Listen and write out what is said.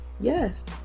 Yes